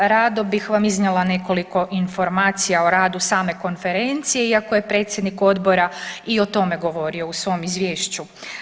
Rado bih vam iznijela nekoliko informacija o radu same Konferencije iako je predsjednik Odbora i o tome govorio u svom Izvješću.